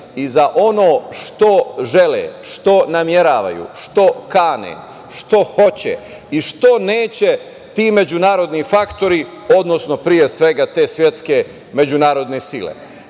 i za ono što žele, što nameravaju, što kane, što hoće i što neće ti međunarodni faktori, odnosno pre svega te svetske međunarodne